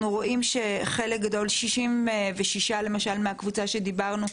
אנחנו רואים שחלק גדול 66 למשל מהקבוצה שדיברנו,